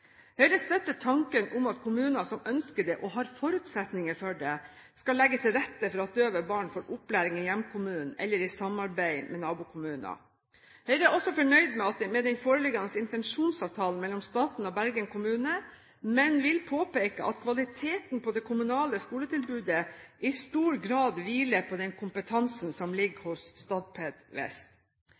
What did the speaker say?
Høyre støtter tanken om at kommuner som ønsker det, og som har forutsetninger for det, skal legge til rette for at døve barn får opplæring i hjemkommunen eller i samarbeid med nabokommuner. Høyre er også fornøyd med den foreliggende intensjonsavtalen mellom staten og Bergen kommune, men vil påpeke at kvaliteten på det kommunale skoletilbudet i stor grad hviler på den kompetansen som ligger hos Statped Vest.